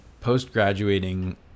post-graduating